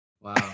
Wow